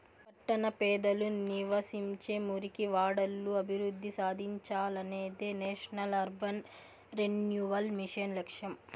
పట్టణ పేదలు నివసించే మురికివాడలు అభివృద్ధి సాధించాలనేదే నేషనల్ అర్బన్ రెన్యువల్ మిషన్ లక్ష్యం